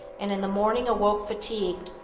and in the morning awoke fatigued,